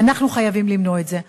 ואנחנו חייבים למנוע את זה.